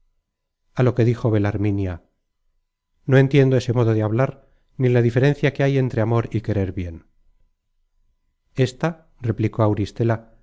a lo que dijo belarminia no entiendo ese modo de hablar ni la diferencia que hay entre amor y querer bien está replicó auristela